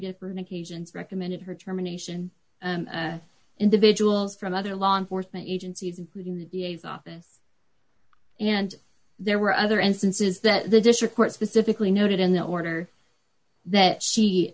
different occasions recommended her determination individuals from other law enforcement agencies including the v a s office and there were other instances that the district court specifically noted in the order that she